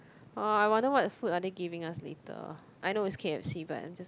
oh I wonder what food are they giving us later I know it's k_f_c but I'm just